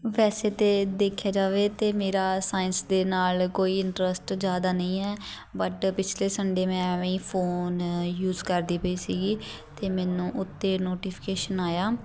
ਵੈਸੇ ਤਾਂ ਦੇਖਿਆ ਜਾਵੇ ਤਾਂ ਮੇਰਾ ਸਾਇੰਸ ਦੇ ਨਾਲ ਕੋਈ ਇੰਟਰਸਟ ਜ਼ਿਆਦਾ ਨਹੀਂ ਹੈ ਬਟ ਪਿਛਲੇ ਸੰਡੇ ਮੈਂ ਐਵੇਂ ਹੀ ਫੋਨ ਯੂਜ ਕਰਦੀ ਪਈ ਸੀਗੀ ਅਤੇ ਮੈਨੂੰ ਉੱਤੇ ਨੋਟੀਫਿਕੇਸ਼ਨ ਆਇਆ